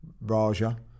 Raja